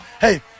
hey